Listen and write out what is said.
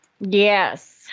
Yes